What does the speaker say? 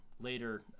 later